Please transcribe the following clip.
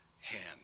hand